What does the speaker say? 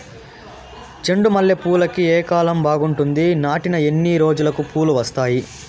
చెండు మల్లె పూలుకి ఏ కాలం బావుంటుంది? నాటిన ఎన్ని రోజులకు పూలు వస్తాయి?